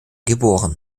geboren